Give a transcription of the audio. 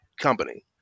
company